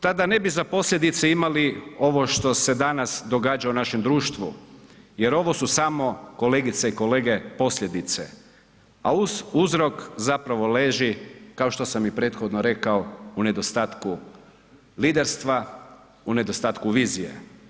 Tada ne bi za posljedice imali ovo što se danas događa u našem društvu, jer ovo su samo kolegice i kolege posljedice, a uzrok zapravo leži kao što sam i prethodno rekao u nedostatku vidarstva, u nedostatku vizije.